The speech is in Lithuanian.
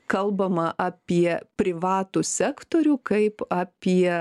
kalbama apie privatų sektorių kaip apie